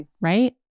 Right